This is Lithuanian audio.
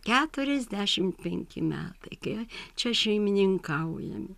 keturiasdešim penki metai kai čia šeimininkaujame